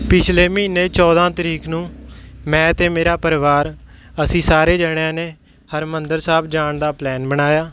ਪਿਛਲੇ ਮਹੀਨੇ ਚੌਦ੍ਹਾਂ ਤਰੀਕ ਨੂੰ ਮੈਂ ਅਤੇ ਮੇਰਾ ਪਰਿਵਾਰ ਅਸੀਂ ਸਾਰੇ ਜਣਿਆਂ ਨੇ ਹਰਿਮੰਦਰ ਸਾਹਿਬ ਜਾਣ ਦਾ ਪਲੈਨ ਬਣਾਇਆ